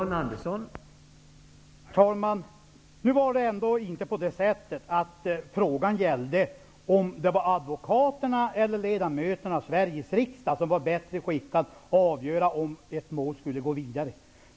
Herr talman! Frågan gäller inte om det är advokaterna eller ledamöterna av Sveriges riksdag som är bättre skickade att avgöra om ett mål skall gå vidare.